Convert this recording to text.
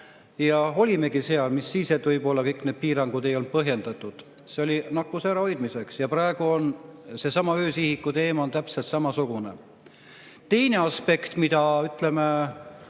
me olimegi seal, mis siis, et võib-olla kõik need piirangud ei olnud põhjendatud. See oli nakkuse ärahoidmiseks. Ja praegu on seesama öösihiku teema täpselt samasugune. Teine aspekt, millest, ütleme,